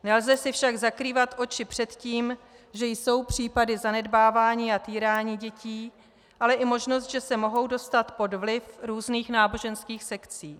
Nelze si však zakrývat oči před tím, že jsou případy zanedbávání a týrání dětí, ale i možnost, že se mohou dostat pod vliv různých náboženských sekcí.